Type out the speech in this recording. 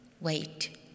wait